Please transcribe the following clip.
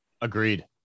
agreed